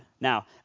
Now